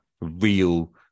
real